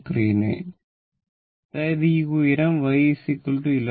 39 അതായത് ഈ ഉയരം y 11